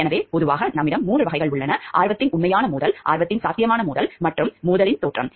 எனவே பொதுவாக நம்மிடம் மூன்று வகைகள் உள்ளன ஆர்வத்தின் உண்மையான மோதல் ஆர்வத்தின் சாத்தியமான மோதல் மற்றும் வட்டி மோதலின் தோற்றம்